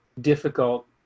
difficult